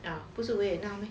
ah 不是 vietnam meh